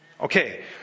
Okay